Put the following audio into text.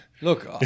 Look